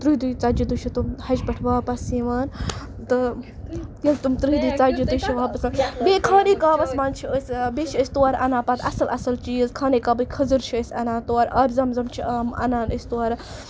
تٕرٛہہِ دۄہہِ ژتجی دۄہہِ چھِ تِم حَجہِ پٮ۪ٹھ واپَس یِوان تہٕ ییٚلہِ تِم تٕرٛہہِ دۄہہِ ژتجی دۄہہِ چھِ واپَس بیٚیہِ خانہ کعبَس منٛز چھِ أسۍ بیٚیہِ أسۍ تورٕ اَنان پَتہٕ اَصٕل اَصٕل چیٖز خانہ کعبٕکۍ خٔزٕر چھِ أسۍ اَنان تور آبِ زَم زَم چھِ عام اَنان أسۍ تورٕ